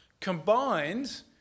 combined